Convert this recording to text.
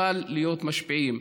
אבל להיות משפיעים,